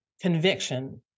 conviction